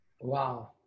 Wow